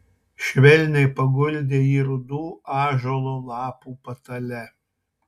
švelniai paguldė jį rudų ąžuolo lapų patale